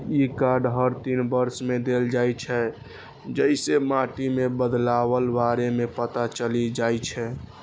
ई card हर तीन वर्ष मे देल जाइ छै, जइसे माटि मे बदलावक बारे मे पता चलि जाइ छै